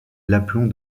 l’aplomb